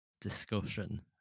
discussion